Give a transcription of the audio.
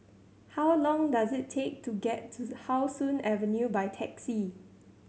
how long does it take to get to How Sun Avenue by taxi